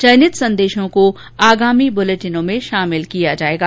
चयनित संदेशों को आगामी बुलेटिनों में शामिल किया जाएगा